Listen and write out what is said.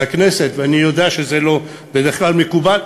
ואני יודע שזה בדרך כלל לא מקובל,